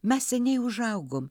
mes seniai užaugom